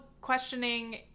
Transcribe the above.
questioning